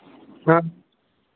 हाँ